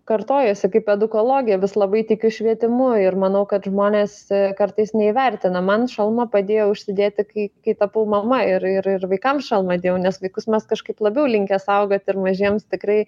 kartojuosi kaip edukologė vis labai tik švietimu ir manau kad žmonės kartais neįvertina man šalmą padėjo užsidėti kai kai tapau mama ir ir ir vaikams šalmą dėjau nes vaikus mes kažkaip labiau linkę saugoti ir mažiems tikrai